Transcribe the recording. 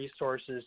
resources